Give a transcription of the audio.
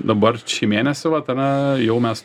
dabar šį mėnesį vat ar ne jau mes